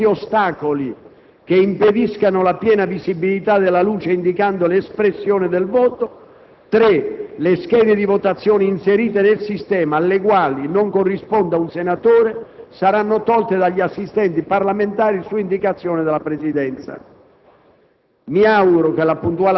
non devono essere frapposti ostacoli che impediscano la piena visibilità della luce indicante l'espressione del voto; 3) le schede di votazione inserite nel sistema, alle quali non corrisponda un senatore, saranno tolte dagli assistenti parlamentari su indicazione della Presidenza.